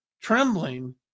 trembling